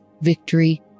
victory